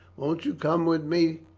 won't you come with me,